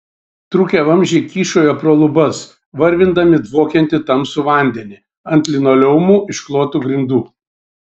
trūkę vamzdžiai kyšojo pro lubas varvindami dvokiantį tamsų vandenį ant linoleumu išklotų grindų